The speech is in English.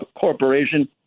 Corporation